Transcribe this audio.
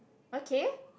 okay